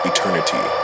Eternity